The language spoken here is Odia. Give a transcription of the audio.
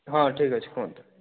ହଁ ଠିକ୍ ଅଛି କୁହନ୍ତୁ